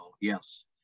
yes